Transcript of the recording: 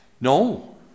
No